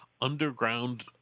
underground